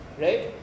right